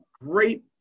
great